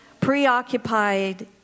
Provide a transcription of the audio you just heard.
Preoccupied